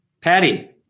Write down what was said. Patty